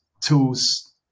tools